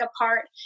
apart